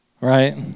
right